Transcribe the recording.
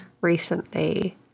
recently